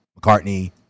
McCartney